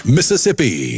Mississippi